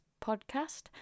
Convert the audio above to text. podcast